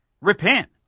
Repent